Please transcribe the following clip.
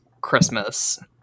Christmas